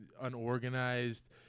unorganized